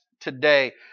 today